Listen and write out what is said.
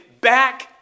back